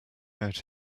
out